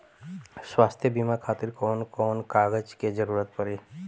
स्वास्थ्य बीमा खातिर कवन कवन कागज के जरुरत पड़ी?